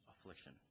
affliction